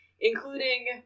including